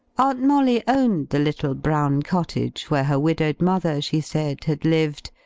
aunt molly owned the little brown cottage, where her widowed mother, she said, had lived,